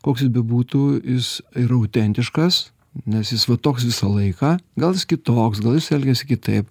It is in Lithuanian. koks jis bebūtų jis yra autentiškas nes jis va toks visą laiką gal jis kitoks gal jis elgiasi kitaip